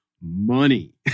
money